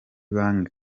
banki